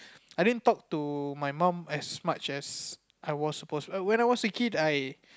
I didn't talk to my mum as much as I was supposed when I was a kid I